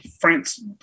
France